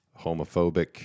homophobic